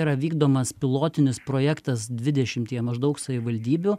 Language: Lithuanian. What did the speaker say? yra vykdomas pilotinis projektas dvidešimtyje maždaug savivaldybių